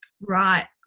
right